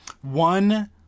one